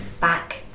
Back